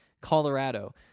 Colorado